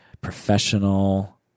professional